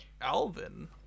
Alvin